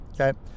Okay